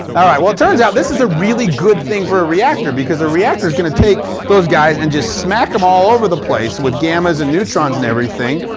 alright, well it turns out this is a really good thing for a reactor because a reactor is going to take those guys and just smack them all over the place with gammas and neutrons and everything.